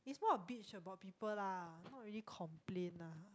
it's more of bitch about people lah not really complain ah